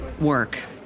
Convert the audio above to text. work